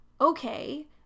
okay